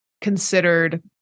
considered